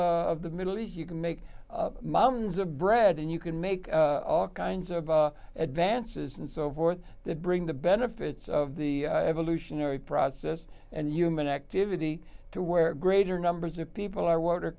of the middle east you can make mountains of bread and you can make all kinds of advances and so forth that bring the benefits of the evolutionary process and human activity to where greater numbers of people are what are